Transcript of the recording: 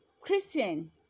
Christian